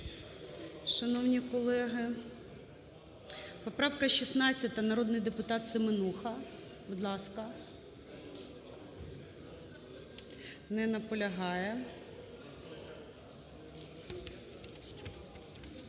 шановні колеги. Поправка 16, народний депутатСеменуха, будь ласка. Не наполягає.